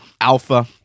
alpha